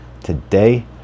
today